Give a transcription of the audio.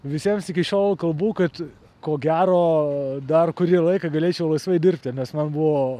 visiems iki šiol kalbu kad ko gero dar kurį laiką galėčiau laisvai dirbti nes man buvo